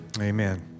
Amen